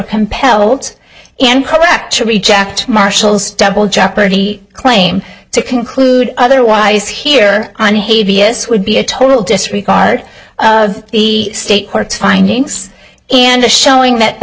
compelled and correct to reject marshall's double jeopardy claim to conclude otherwise here on hay vs would be a total disregard of the state courts findings and a showing that the